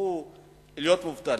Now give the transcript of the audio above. יהיו מובטלים,